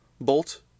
bolt